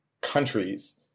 countries